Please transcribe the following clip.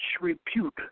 repute